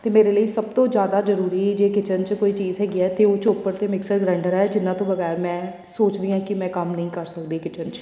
ਅਤੇ ਮੇਰੇ ਲਈ ਸਭ ਤੋਂ ਜ਼ਿਆਦਾ ਜ਼ਰੂਰੀ ਜੇ ਕਿਚਨ 'ਚ ਕੋਈ ਚੀਜ਼ ਹੈਗੀ ਹੈ ਅਤੇ ਉਹ ਚੋਪਰ ਅਤੇ ਮਿਕਸਰ ਗਰੈਂਡਰ ਹੈ ਜਿਹਨਾਂ ਤੋਂ ਬਗੈਰ ਮੈਂ ਸੋਚਦੀ ਹਾਂ ਕਿ ਮੈਂ ਕੰਮ ਨਹੀਂ ਕਰ ਸਕਦੀ ਕਿਚਨ 'ਚ